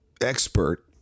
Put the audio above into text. expert